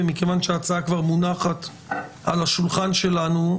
ומכיוון שההצעה כבר מונחת על השולחן שלנו,